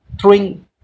throwing